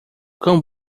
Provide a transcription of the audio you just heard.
cão